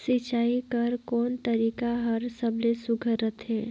सिंचाई कर कोन तरीका हर सबले सुघ्घर रथे?